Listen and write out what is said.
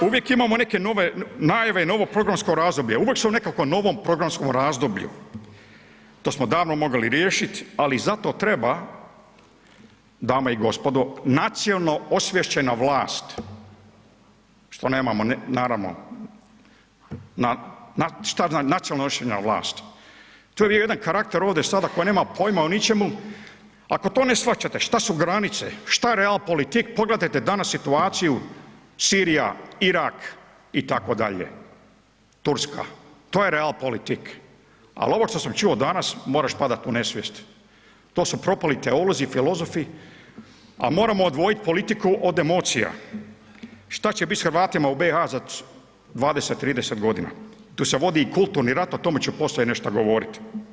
Uvijek imamo neke nove, najave novog programskog razdoblja, uvijek su nekako u novom programskom razdoblju, to smo davno mogli riješit, ali zato treba dame i gospodo, nacionalno osviješćena vlast, što nemamo naravno, nacionalno osviješćena vlast, to je bio jedan karakter ovde sada koja nema pojma o ničemu, ako to ne shvaćate šta su granice, šta je realpolitik, pogledajte danas situaciju Sirija, Irak itd., Turska, to je realpolitik, al ovo što sam čuo danas moraš padat u nesvijest, to su propali teolozi, filozofi, a moramo odvojit politiku od emocija, šta će bit s Hrvatima u BiH za 20-30.g., tu se vodi kulturni rat, o tome ću posle nešto govorit.